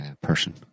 person